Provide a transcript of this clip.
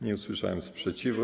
Nie usłyszałem sprzeciwu.